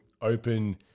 open